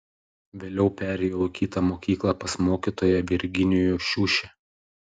vėliau perėjau į kitą mokyklą pas mokytoją virginijų šiušę